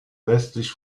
westlich